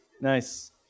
Nice